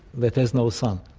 but there is no sun.